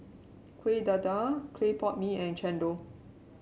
Kueh Dadar Clay Pot Mee and Chendol